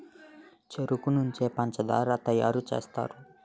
చెరుకు నుంచే పంచదార తయారు సేస్తారు